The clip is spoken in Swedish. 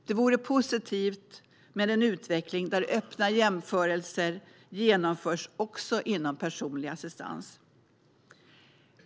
Det vore positivt med en utveckling där öppna jämförelser genomförs även inom personlig assistans.